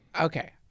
okay